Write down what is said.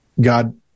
God